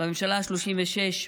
בממשלה השלושים-ושש,